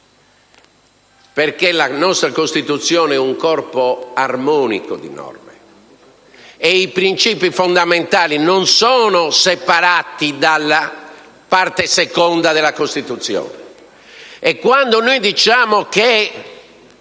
perché la nostra Costituzione è un corpo armonico di norme e i principi fondamentali non sono separati dalla Parte II della Costituzione.